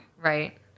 Right